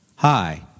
Hi